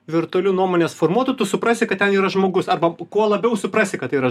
virtualiu nuomonės formuotoju tu suprasi kad ten yra žmogus arba kuo labiau suprasi kad yra